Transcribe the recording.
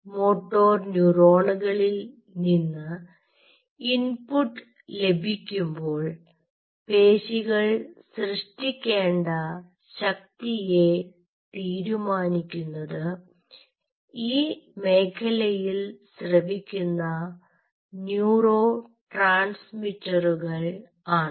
motor ന്യൂറോണുകളിൽ നിന്ന് input ലഭിക്കുമ്പോൾ പേശികൾ സൃഷ്ടിക്കേണ്ട ശക്തിയെ തീരുമാനിക്കുന്നത് ഈ മേഖലയിൽ സ്രവിക്കുന്ന ന്യൂറോ ട്രാൻസ്മിറ്ററുകൾ ആണ്